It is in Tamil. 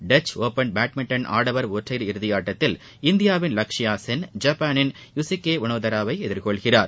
டச் ஒபள் பேட்மிண்டன் ஆடவர் ஒற்றையர் இறுதியாட்டத்தில் இந்தியாவின் லக்க்ஷயா சென் ஜப்பானின் யூசுகே ஒனோதேராவை எதிர்கொள்கிறார்